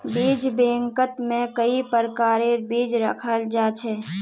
बीज बैंकत में कई प्रकारेर बीज रखाल जा छे